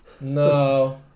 No